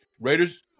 Raiders